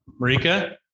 Marika